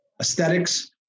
aesthetics